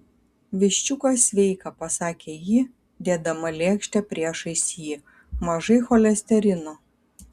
viščiukas sveika pasakė ji dėdama lėkštę priešais jį mažai cholesterino